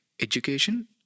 education